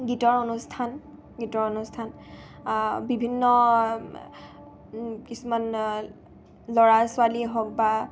গীতৰ অনুষ্ঠান গীতৰ অনুষ্ঠান বিভিন্ন কিছুমান ল'ৰা ছোৱালী হওক বা